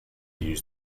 use